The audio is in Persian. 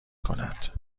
کند